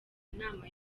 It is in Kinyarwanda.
inama